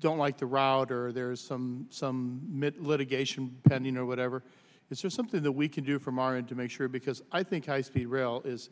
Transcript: don't like the route or there's some some mit litigation pending or whatever it's just something that we can do from our in to make sure because i think high speed rail is